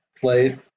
played